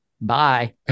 bye